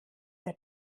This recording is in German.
der